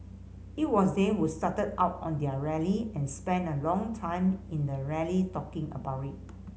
it was they who started out on their rally and spent a long time in the rally talking about it